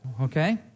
okay